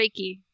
Reiki